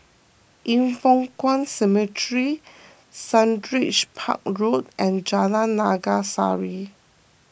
Yin Foh Kuan Cemetery Sundridge Park Road and Jalan Naga Sari